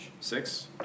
Six